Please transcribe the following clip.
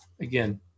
again